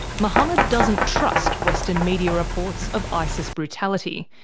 mohammed doesn't trust western media reports of isis brutality.